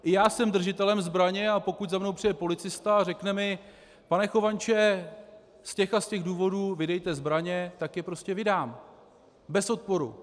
I já jsem držitelem zbraně, a pokud za mnou přijde policista a řekne mi pane Chovanče, z těch a z těch důvodů vydejte zbraně, tak je prostě vydám, bez odporu.